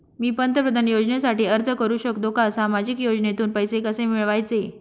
मी पंतप्रधान योजनेसाठी अर्ज करु शकतो का? सामाजिक योजनेतून पैसे कसे मिळवायचे